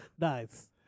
Nice